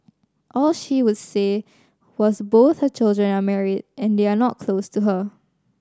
all she would say was both her children are married and they are not close to her